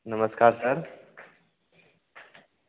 नमस्कार सर